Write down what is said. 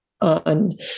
on